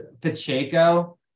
Pacheco